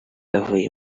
avuye